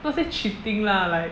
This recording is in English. not say cheating lah like